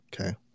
okay